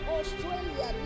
Australia